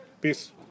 Peace